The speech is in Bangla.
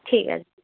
ঠিক আছে